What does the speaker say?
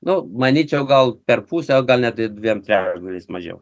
nu manyčiau gal per pusę o gal net dviem trečdaliais mažiau